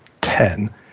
ten